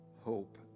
hope